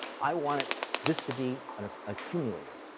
i want it just to be an accumulator.